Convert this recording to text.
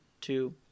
two